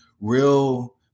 real